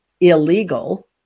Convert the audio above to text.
illegal